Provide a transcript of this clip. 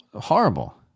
horrible